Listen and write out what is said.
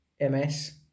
MS